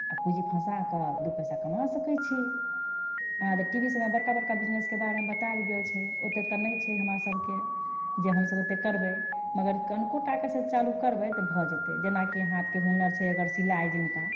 आ पूँजी फसा कऽ दू पइसा कमा सकै छी अहाँ तऽ टीवी सभमे बड़का बड़का बिजनेस के बारे मे बतैल गेल छै ओते तऽ नइ छै हमरा सभके जे हमसभ ओते करबै मगर कनिकोटा सँ चालू करबै तऽ भऽ जेतै जेनाकि हाथ के हुनर छै अगर सिलाइ जिनका